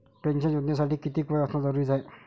Pension योजनेसाठी कितीक वय असनं जरुरीच हाय?